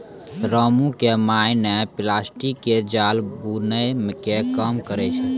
रामू के माय नॅ प्लास्टिक के जाल बूनै के काम करै छै